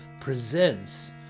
presents